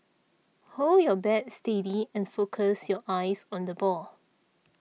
hold your bat steady and focus your eyes on the ball